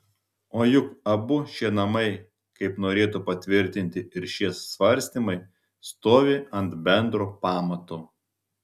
o juk abu šie namai kaip norėtų patvirtinti ir šie svarstymai stovi ant bendro pamato